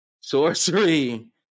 Sorcery